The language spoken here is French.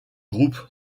groupe